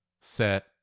set